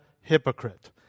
hypocrite